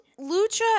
Lucha